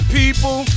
people